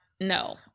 No